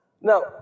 Now